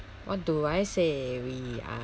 what do I say we are